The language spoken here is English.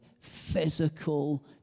physical